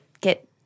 get